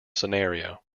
scenario